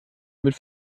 mit